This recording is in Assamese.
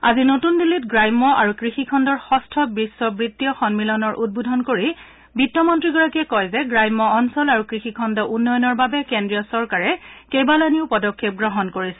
আজি নতুন দিল্লীত গ্ৰাম্য আৰু কৃষিখণ্ডৰ ষষ্ঠ বিশ্ব বিত্তীয় সম্মিলনৰ উদ্বোধন কৰি বিত্তমন্ত্ৰীগৰাকীয়ে কয় যে গ্ৰাম্যঅঞ্চল আৰু কৃষিখণ্ড উন্নয়নৰ বাবে কেন্দ্ৰীয় চৰকাৰে কেবালানী পদক্ষেপ গ্ৰহণ কৰিছে